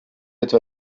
etwa